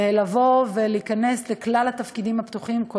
שיוכלו לבוא ולהיכנס לכלל התפקידים הפתוחים,